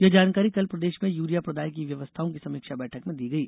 ये जानकारी कल प्रदेश में यूरिया प्रदाय की व्यवस्थाओं की समीक्षा बैठक में दी गई